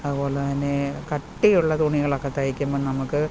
അതുപോല തന്നെ കട്ടി ഉള്ള തുണികളൊക്കെ തയ്ക്കുമ്പം നമ്മൾക്ക്